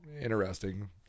interesting